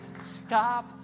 stop